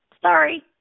Sorry